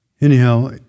Anyhow